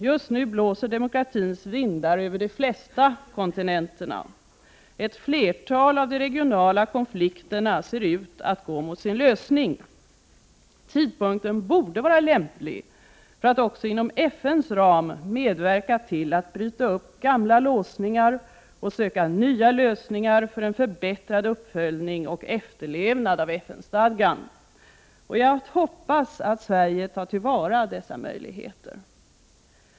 Just nu blåser demokratins vindar över de flesta kontinenter. Ett flertal av de regionala konflikterna ser ut att gå mot sin lösning. Tidpunkten borde vara lämplig för att också inom FN:s ram medverka till att bryta upp gamla låsningar och söka nya lösningar för en förbättrad uppföljning och efterlevnad av FN-stadgan. Jag hoppas att Sverige tar till vara dessa möjligheter.